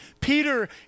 Peter